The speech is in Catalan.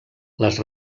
les